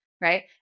right